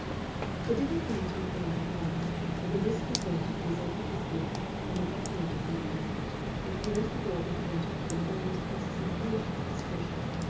the dinner came to an end at last, and the whiskered waiter presented his bill and evacuated the apartment and closed the door behind him with an almost ostentatious discretion.